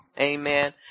Amen